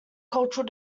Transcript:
cultural